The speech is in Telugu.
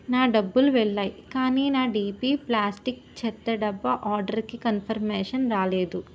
నా డబ్బులు వెళ్ళాయ్ కానీ నా డీపీ ప్లాస్టిక్ చెత్తడబ్బా ఆర్డర్కి కన్ఫర్మేషన్ రాలేదు